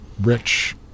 rich